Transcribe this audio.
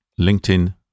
LinkedIn